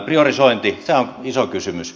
priorisointi se on iso kysymys